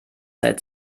seit